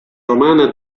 romana